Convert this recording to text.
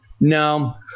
no